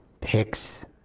picks